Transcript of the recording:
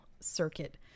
Circuit